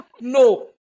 No